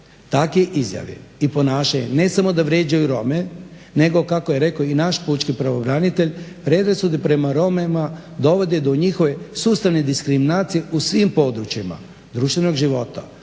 Takve izjave i ponašanje ne samo da vrijeđaju Rome nego kako je rekao i naš pučki pravobranitelj predrasude prema Romima dovode do njihove sustavne diskriminacije u svim područjima društvenog života,